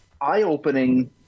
eye-opening